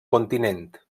continent